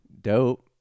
Dope